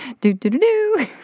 Do-do-do-do